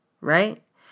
right